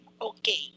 Okay